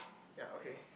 ya okay